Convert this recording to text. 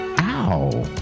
Ow